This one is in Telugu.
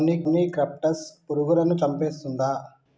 మొనిక్రప్టస్ పురుగులను చంపేస్తుందా?